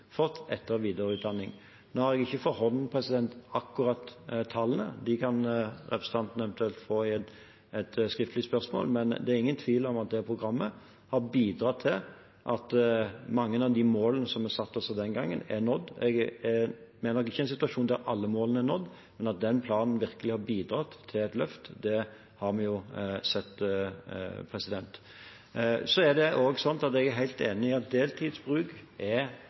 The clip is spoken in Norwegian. fått etter- og videreutdanning. Jeg har ikke for hånden akkurat tallene, de kan representanten eventuelt få i et skriftlig spørsmål, men det er ingen tvil om at det programmet har bidratt til at mange av de målene vi satte oss den gangen, er nådd. Vi er nok ikke i en situasjon der alle målene er nådd, men at den planen virkelig har bidratt til et løft, har vi sett. Jeg er helt enig i at deltidsbruk er noe vi må til livs i